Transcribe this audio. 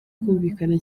kumvikana